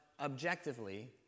objectively